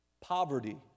Poverty